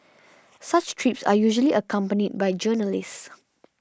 such trips are usually accompanied by journalists